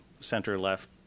center-left